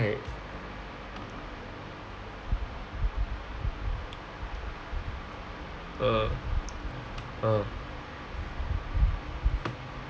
err err